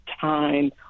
time